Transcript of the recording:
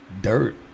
dirt